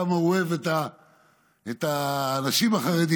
כמה הוא אוהב את האנשים החרדים,